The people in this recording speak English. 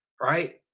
right